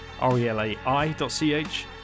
r-e-l-a-i.ch